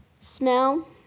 smell